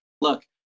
look